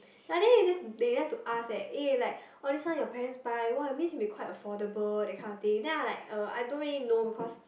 ya and then they like to ask eh this one your parents buy what means be quite affordable that kind of thing then I like uh I don't really know because